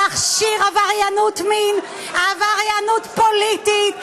ולהכשיר עבריינות מין, עבריינות פוליטית.